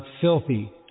filthy